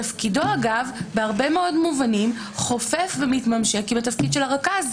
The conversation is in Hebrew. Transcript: תפקידו בהרבה מאוד מובנים חופף ומתממשק עם התפקיד של הרכז.